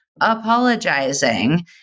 apologizing